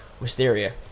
Wisteria